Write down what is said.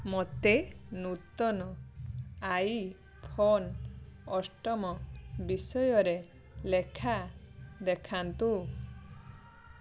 ମୋତେ ନୂତନ ଆଇଫୋନ୍ ଅଷ୍ଟମ ବିଷୟରେ ଲେଖା ଦେଖାନ୍ତୁ